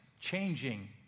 changing